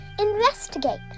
investigate